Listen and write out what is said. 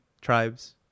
Tribes